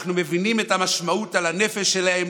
אנחנו מבינים את המשמעות על הנפש שלהם.